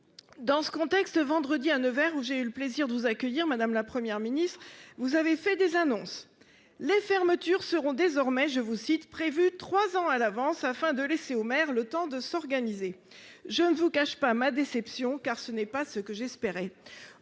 Dans ce contexte ce vendredi à Nevers où j'ai eu le plaisir de vous accueillir madame, la Première ministre, vous avez fait des annonces. Les fermetures seront désormais je vous cite prévu trois ans à l'avance afin de laisser aux maires le temps de s'organiser. Je ne vous cache pas ma déception car ce n'est pas ce que j'espérais